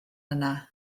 yna